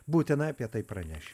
būtinai apie tai pranešiu